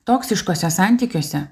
toksiškuose santykiuose